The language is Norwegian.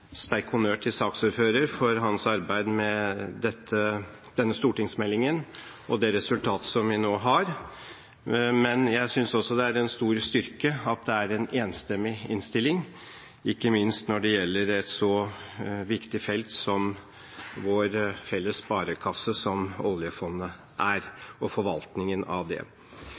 honnør til saksordføreren for hans arbeid med denne stortingsmeldingen og det resultat som vi nå har. Men jeg synes også det er en stor styrke at det er en enstemmig innstilling, ikke minst når det gjelder et så viktig felt som vår felles sparekasse, som oljefondet er,